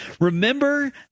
Remember